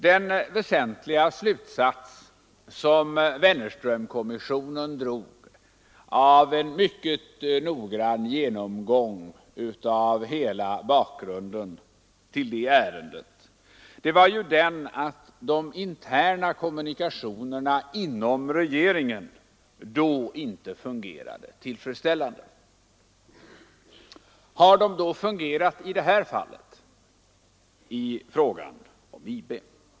Den väsentliga slutsats som Wennerströmkommissionen drog av en mycket noggrann genomgång av hela bakgrunden till det ärendet var att de interna kommunikationerna inom regeringen då inte fungerade tillfredsställande. Har de då fungerat i det här fallet, dvs. när det gäller IB?